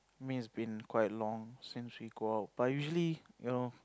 me it's been quite long since we go out but usually you know